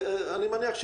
אני מניח,